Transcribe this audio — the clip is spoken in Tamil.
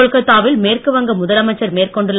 கொல்கத்தாவில் மேற்குவங்க முதலமைச்சர் மேற்கொண்டுள்ள